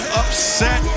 upset